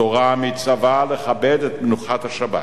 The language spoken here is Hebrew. התורה מצווה לכבד את מנוחת השבת,